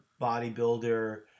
bodybuilder